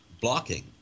blocking